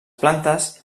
plantes